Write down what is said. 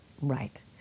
Right